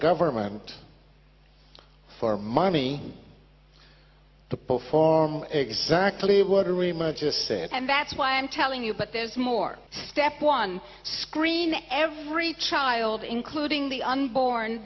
government for money to perform exactly what to remove just said and that's why i'm telling you but there's more step one screen every child including the unborn